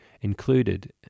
included